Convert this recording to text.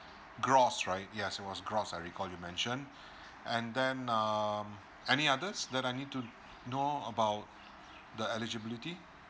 gross right yes it was gross I recall you mentioned and then um any others that I need to know about the eligibility